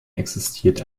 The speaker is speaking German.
existiert